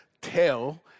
Tell